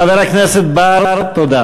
חבר הכנסת בר, חבר הכנסת בר, תודה.